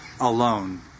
alone